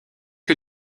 que